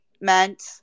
meant